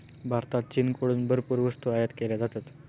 भारतात चीनकडून भरपूर वस्तू आयात केल्या जातात